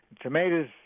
Tomatoes